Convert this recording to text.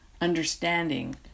understanding